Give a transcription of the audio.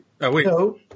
No